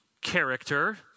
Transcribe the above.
character